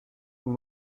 vous